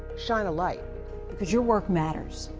shine a light because your work matters,